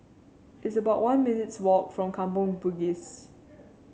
it's about one minutes' walk from Kampong Bugis